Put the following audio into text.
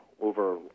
over